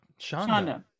Shonda